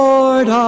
Lord